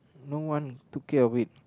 no one took care of it